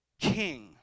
king